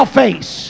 face